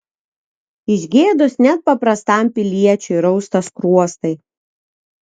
iš gėdos net paprastam piliečiui rausta skruostai